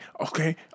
okay